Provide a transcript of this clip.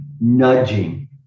nudging